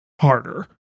harder